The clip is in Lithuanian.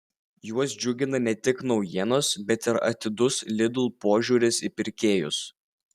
juos džiugina ne tik naujienos bet ir atidus lidl požiūris į pirkėjus